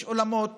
יש אולמות